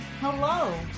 Hello